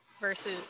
versus